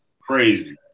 Crazy